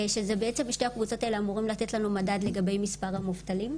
שבעצם שתי הקבוצות האלה אמורות לתת לנו מדד לגבי מספר המובטלים.